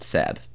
sad